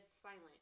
silent